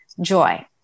joy